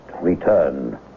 return